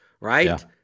right